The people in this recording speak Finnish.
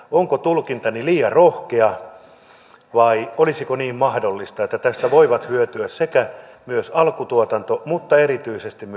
onko tulkintani liian rohkea vai olisiko mahdollista niin että tästä voi hyötyä alkutuotanto mutta erityisesti myös kuluttajat